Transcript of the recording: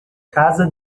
casa